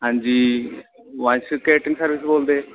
ਹਾਂਜੀ voice catering service ਤੋਂ ਬੋਲਦੇ